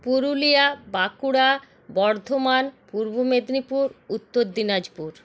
Purulia Bankura Bardhaman Purba Medinipur Uttar Dinajpur